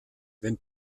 wenn